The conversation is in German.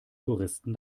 touristen